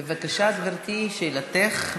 בבקשה, גברתי, שאלתך.